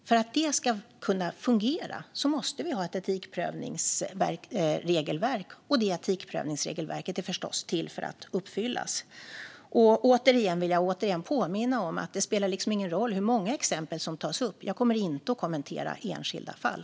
För att det ska kunna fungera måste vi ha ett etikprövningsregelverk, och det etikprövningsregelverket är förstås till för att uppfyllas. Återigen vill jag påminna om att det inte spelar någon roll hur många exempel som tas upp. Jag kommer inte att kommentera enskilda fall.